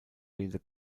wählte